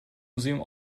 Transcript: museum